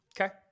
Okay